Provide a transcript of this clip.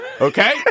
Okay